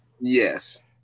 Yes